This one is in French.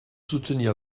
soutenir